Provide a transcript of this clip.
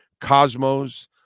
Cosmos